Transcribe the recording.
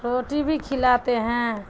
روٹی بھی کھلاتے ہیں